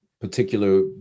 particular